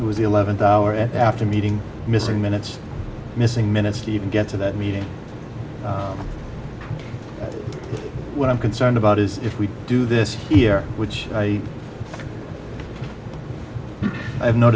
it was the eleventh hour and after meeting missing minutes missing minutes to even get to that meeting what i'm concerned about is if we do this here which i have no